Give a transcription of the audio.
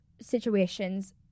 Situations